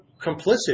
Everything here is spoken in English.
complicit